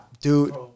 dude